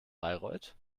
bayreuth